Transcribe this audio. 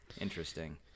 Interesting